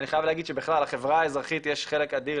אני חייב להגיד שבכלל לחברה האזרחית יש חלק אדיר,